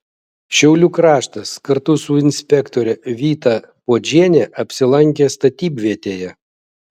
šiaulių kraštas kartu su inspektore vyta puodžiene apsilankė statybvietėje